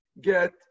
get